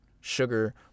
sugar